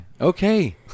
Okay